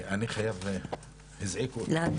אני חייב לצאת, הזעיקו אותי.